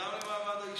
גם למעמד האישה.